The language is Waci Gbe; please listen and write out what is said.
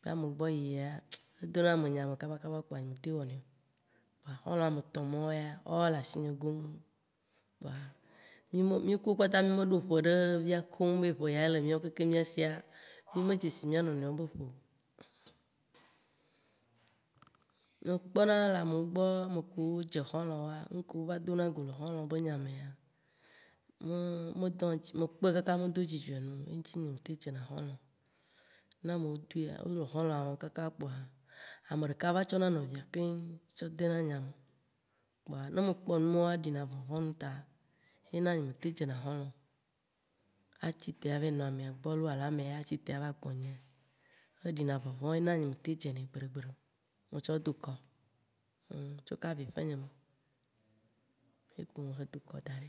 Ke ame gbɔ yiyi ya ede na ame enya me kaba, kaba, kpoa nye me teŋ wɔnɛ o. Kpoa xɔ̃lɔ̃ ametɔ̃ mɔwo ya, woawo ya wole asinye gɔŋ. Mì ku wo kpata mì me ɖo ƒe ɖe via koŋ be ƒe ya ye le mìɔ kekem mìa sia, mì me dzesi mìa nɔnɔewo be ƒe o. Me kpɔna le amewo gbɔ, nuke wo va dona go le xɔ̃lɔ̃ be nya mea, uuummm medo dzi mekpɔɛ kaka me do dzidzɔe num o ye ŋti nye me teŋ dzena xɔ̃lɔ̃ o. Ne amewo toea, ne wo le xɔ̃lɔ̃a wɔm kaka kpoa, ameɖeka va tsɔna nɔvia keŋ tsɔ dena nya me, kpoa ne me kpɔ numawoa, eɖina vɔ̃vɔ̃ num ta, yena nye me teŋ dzena xɔ̃lɔ̃ o. Atsite ava yi nɔ amea gbɔ, alo amea atsite ava gbɔnyea, eɖina vɔ̃vɔ̃ ye na yne meteŋ dzenɛ gbeɖe gbeɖe o, metsɔ do kɔ. Tsɔ kaka vi ƒɛ̃ nye me ye me tsɔ do kɔ daɖe